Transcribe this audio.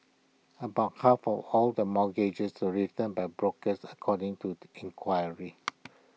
about half of all the mortgages are written by brokers according to the inquiry